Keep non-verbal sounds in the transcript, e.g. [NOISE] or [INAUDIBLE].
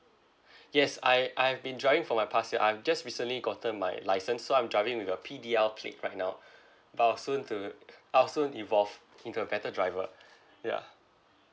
[BREATH] yes I I've been driving for my past year I'm just recently gotten my licence so I'm driving with a P_D_L plate right now [BREATH] but I'll soon to I'll soon evolve into a better driver [BREATH] ya